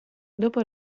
dopo